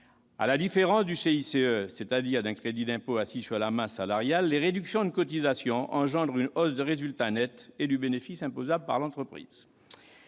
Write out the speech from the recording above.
À la différence du CICE, c'est-à-dire un crédit d'impôt assis sur la masse salariale, les baisses de cotisations entraînent une hausse du résultat net et du bénéfice imposable de l'entreprise.